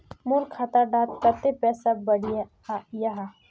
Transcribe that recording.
मोर खाता डात कत्ते पैसा बढ़ियाहा?